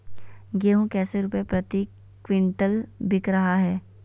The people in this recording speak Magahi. गेंहू कैसे रुपए प्रति क्विंटल बिक रहा है?